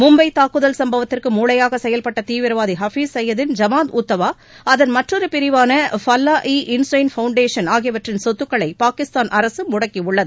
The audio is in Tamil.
மும்பை தாக்குதல் சும்பவத்திற்கு மூளையாக செயல்பட்ட தீவிரவாதி அஃபீஸ் சையத் ன் ஜமாத் உத்தாவா அதன் மற்றொரு பிரிவான ஃபல்வா இ இன்செயன்ட் பவுன்டேஷன் ஆகியவற்றின் சொத்துக்களை பாகிஸ்தான் அரசு முடிக்கியுள்ளது